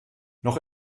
noch